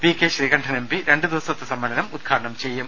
V K Sreekandan M P രണ്ട് ദിവസത്തെ സമ്മേളനം ഉദ്ഘാടനം ചെയ്യും